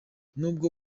nubwo